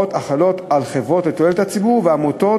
יכלול את הסעיפים שעניינם הוראות החלות על חברות לתועלת הציבור ועמותות.